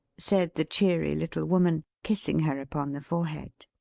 said the cheery little woman, kissing her upon the forehead.